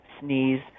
sneeze